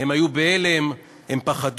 הם היו בהלם, הם פחדו.